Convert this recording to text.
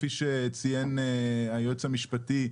כפי שציין היועץ המשפטי,